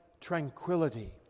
tranquility